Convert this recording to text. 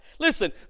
Listen